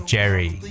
Jerry